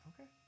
Okay